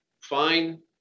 Fine